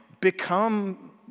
become